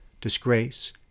disgrace